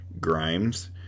grimes